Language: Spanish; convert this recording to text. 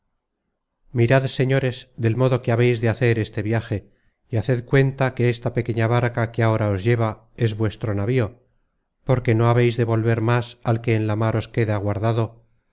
mirad señores del modo que habeis de hacer este viaje y haced cuenta que esta pequeña barca que ahora os lleva es vuestro navío porque no habeis de volver más al que en la mar os queda aguardando